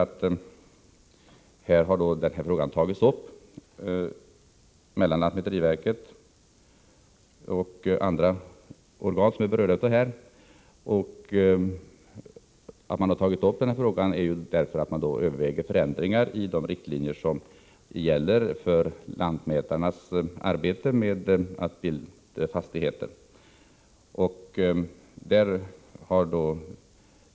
Vi har noterat att frågan har tagits upp och att den behandlas av lantmäteriverket och andra berörda organ, som överväger förändringar av de riktlinjer som gäller för lantmätarnas arbete med att bilda fastigheter.